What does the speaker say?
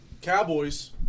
Cowboys